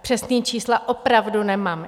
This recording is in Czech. Přesná čísla opravdu nemám.